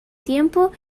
tiempo